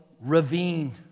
ravine